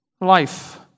life